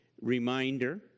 reminder